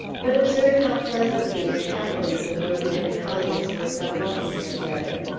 but observe how pleasantly and happily zenobia and hollingsworth are walking together.